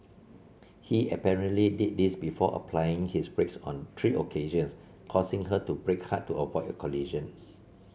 he apparently did this before applying his brakes on three occasions causing her to brake hard to avoid a collision